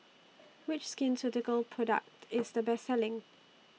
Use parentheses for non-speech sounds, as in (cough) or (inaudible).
Which Skin Ceuticals Product (noise) IS The Best Selling